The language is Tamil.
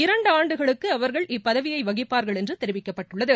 இரன்டு ஆண்டுகளுக்கு அவர்கள் இப்பதவியை வகிப்பார்கள் என்று தெரிவிக்கப்பட்டுள்ளது